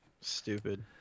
Stupid